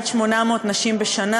כ-1,700 שקלים לילד הראשון,